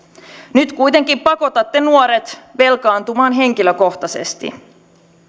nyt kuitenkin pakotatte nuoret velkaantumaan henkilökohtaisesti